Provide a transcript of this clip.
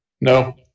No